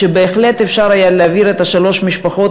שבהחלט אפשר היה להעביר את שלוש המשפחות